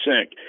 sink